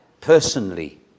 personally